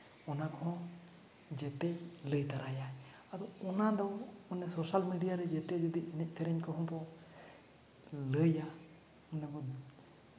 ᱚᱱᱟ ᱠᱚᱦᱚᱸ ᱡᱚᱛᱚ ᱞᱟᱹᱭ ᱛᱚᱨᱟᱭᱟᱭ ᱟᱫᱚ ᱚᱱᱟ ᱫᱚ ᱚᱱᱟ ᱥᱳᱥᱟᱞ ᱢᱤᱰᱤᱭᱟ ᱨᱮ ᱡᱚᱛᱚ ᱡᱩᱫᱤ ᱮᱱᱮᱡ ᱥᱮᱨᱮᱧ ᱠᱚᱦᱚᱸ ᱵᱚ ᱞᱟᱹᱭᱟ ᱢᱟᱱᱮ ᱵᱚᱱ